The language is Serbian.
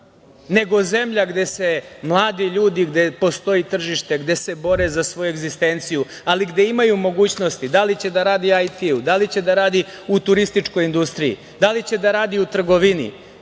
nego zemlja gde su mladi ljudi, gde postoji tržište, gde se bore za svoju egzistenciju, ali i gde imaju mogućnosti, da li će da rade u IT-u, da li će da rade u turističkoj industriji, da li će da rade u trgovini,